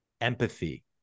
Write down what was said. empathy